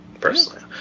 Personally